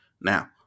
Now